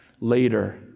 later